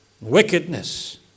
wickedness